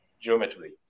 geometry